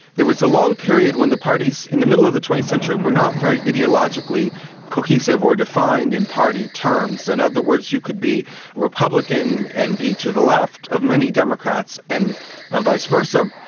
there was a long period when the parties in the middle of the twentieth century were not very ideologically cohesive or defined in party terms. in and other words, you could be republican and be to the left of many democrats and ah vice versa.